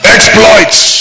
Exploits